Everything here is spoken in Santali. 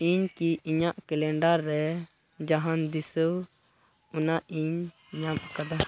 ᱤᱧ ᱠᱤ ᱤᱧᱟᱹᱜ ᱠᱮᱞᱮᱱᱰᱟᱨ ᱨᱮ ᱡᱟᱦᱟᱱ ᱫᱤᱥᱟᱹ ᱟᱱᱟᱜ ᱤᱧ ᱧᱟᱢ ᱟᱠᱟᱫᱟ